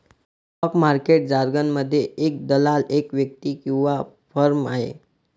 stock market जारगनमध्ये, एक दलाल एक व्यक्ती किंवा फर्म आहे